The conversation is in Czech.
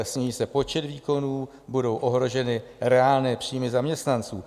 Sníží se počet výkonů, budou ohroženy reálné příjmy zaměstnanců.